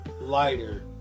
lighter